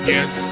Yes